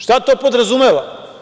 Šta to podrazumeva?